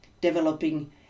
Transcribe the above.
developing